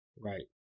Right